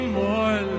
more